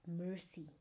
Mercy